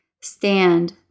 stand